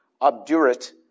obdurate